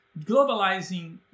globalizing